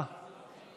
הוא לא שאל.